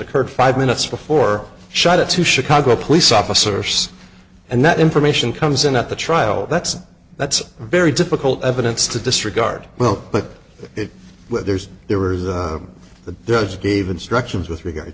occurred five minutes before shot it to chicago police officers and that information comes in at the trial that's that's very difficult evidence to disregard well but it there's there were the judge gave instructions with regard